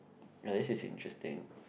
now this is interesting